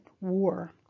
war